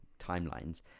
timelines